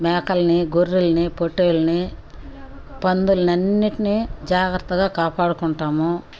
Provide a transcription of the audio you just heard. మేకలని గొర్రెలని పొట్టేళ్ళని పందులను అన్నిటినీ జాగ్రత్తగా కాపాడుకుంటాము